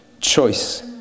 choice